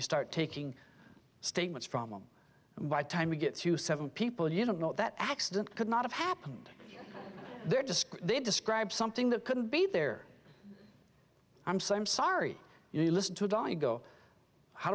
you start taking statements from them and by the time we get to seven people you don't know that accident could not have happened they're just they describe something that couldn't be there i'm so i'm sorry you listen to